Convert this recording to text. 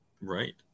Right